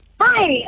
Hi